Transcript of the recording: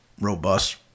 robust